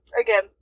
again